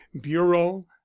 bureau